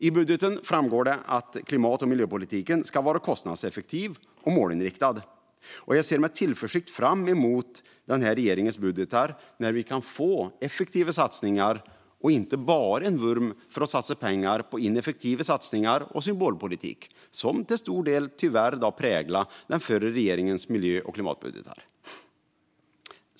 I budgeten framgår det att klimat och miljöpolitiken ska vara kostnadseffektiv och målinriktad. Jag ser med tillförsikt fram emot den här regeringens budgetar när vi kan få effektiva satsningar och inte bara en vurm för att lägga pengar på ineffektiva satsningar och symbolpolitik, som till stor del, tyvärr, präglade den förra regeringens miljö och klimatbudgetar.